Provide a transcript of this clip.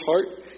heart